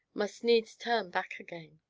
must needs turn back again.